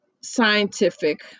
scientific